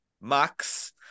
Max